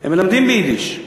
הם מלמדים ביידיש.